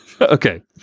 Okay